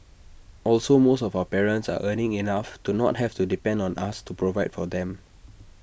also most of our parents are earning enough to not have to depend on us to provide for them